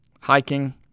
hiking